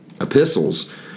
epistles